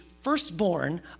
firstborn